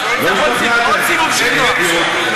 עוד סיבוב שכנוע.